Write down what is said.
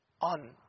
on